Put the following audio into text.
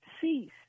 cease